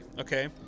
okay